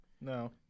No